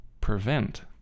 prevent